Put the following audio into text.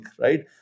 right